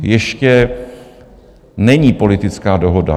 Ještě není politická dohoda.